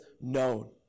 known